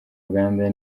uganda